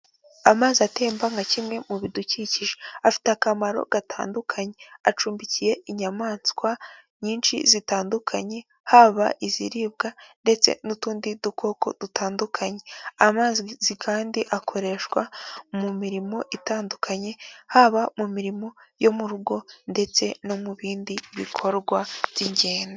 Amazi atemba nka kimwe mu bidukikije afite akamaro gatandukanye, acumbikiye inyamaswa nyinshi zitandukanye, haba iziribwa ndetse n'utundi dukoko dutandukanye, amazi kandi akoreshwa mu mirimo itandukanye, haba mu mirimo yo mu rugo ndetse no mu bindi bikorwa by'ingenzi.